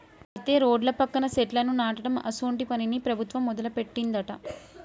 అయితే రోడ్ల పక్కన సెట్లను నాటడం అసోంటి పనిని ప్రభుత్వం మొదలుపెట్టిందట